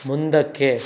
ಮುಂದಕ್ಕೆ